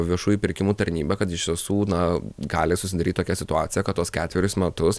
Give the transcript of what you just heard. viešųjų pirkimų tarnyba kad iš tiesų na gali susidaryt tokia situacija kad tuos ketverius metus